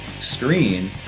screen